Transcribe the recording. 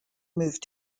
moved